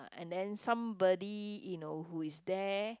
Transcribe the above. and then somebody you know who is there